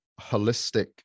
holistic